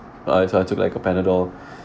but I took I took like a panadol